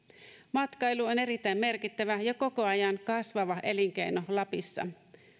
matkailu on erittäin merkittävä ja koko ajan kasvava elinkeino lapissa